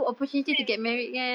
same same